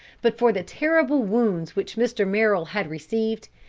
but for the terrible wounds which mr. merrill had received,